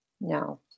No